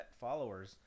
followers